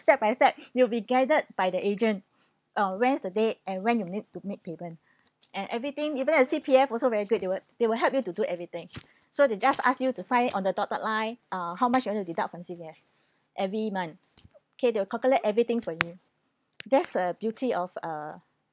step by step you will be guided by the agent um when is the date and when you need to make payment and everything even at C_P_F also very good they will they will help you to do everything so they just ask you to sign on the dotted line uh how much you want to deduct from C_P_F every month okay they will calculate everything for you that's a beauty of uh